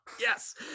Yes